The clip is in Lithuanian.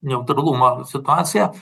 neutralumo situacija